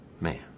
man